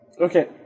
okay